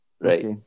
Right